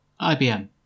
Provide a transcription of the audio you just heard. IBM